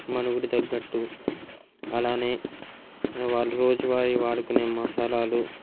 మనుగుడ తగ్గట్టు అలానే వాళ్ళు రోజువారి వాడుకునే మసాలాలు